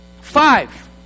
Five